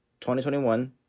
2021